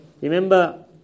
Remember